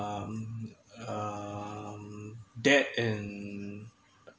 um um that and